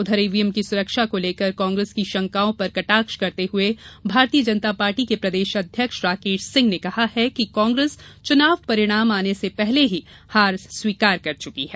उधर ईवीएम की सुरक्षा को लेकर कांग्रेस की शंकाओं पर कटाक्ष करते हुए भारतीय जनता पार्टी के प्रदेश अध्यक्ष राकेश सिंह ने कहा है कि कांग्रेस चुनाव परिणाम आने से पहले ही हार स्वीकार कर चुकी है